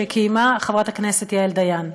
שקיימה חברת הכנסת יעל דיין,